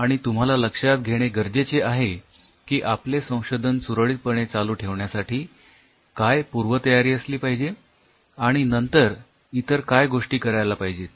आणि तुम्हाला लक्षात घेणे गरजेचे आहे की आपले संशोधन सुरळीतपणे चालू ठेवण्यासाठी काय पूर्वतयारी असली पाहिजे आणि नंतर इतर काय गोष्टी करायला पाहिजेत